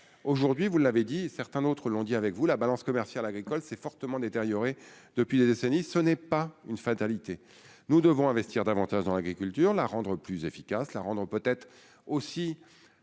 aujourd'hui, vous l'avez dit certains, d'autres l'ont dit avec vous, la balance commerciale agricole s'est fortement détériorée depuis des décennies, ce n'est pas une fatalité, nous devons investir davantage dans l'agriculture, la rendre plus efficace la rendant peut-être aussi peut être